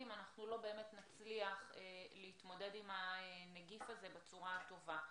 אנחנו לא באמת נצליח להתמודד עם הנגיף הזה בצורה הטובה.